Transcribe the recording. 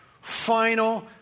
final